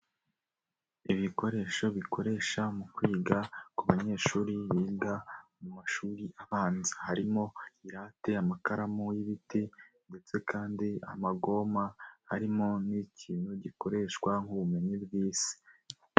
Ibikoresho bikoreshwa mu kwiga ku banyeshuri biga mu mashuri abanza, harimo amarate, amakaramu y'ibiti ndetse kandi amagoma harimo n'ikintu gikoreshwa nk'ubumenyi bw'isi.